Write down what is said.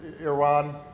Iran